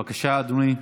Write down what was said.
בבקשה, אדוני.